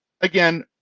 Again